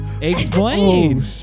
Explain